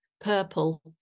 purple